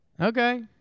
okay